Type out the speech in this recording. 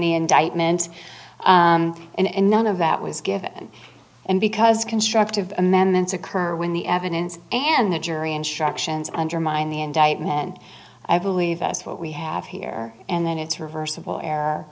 the indictment and none of that was given and because constructive amendments occur when the evidence and the jury instructions undermine the indictment i believe us what we have here and then it's reversible